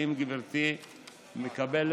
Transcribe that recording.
האם גברתי מקבלת?